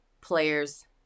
players